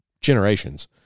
generations